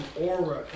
aura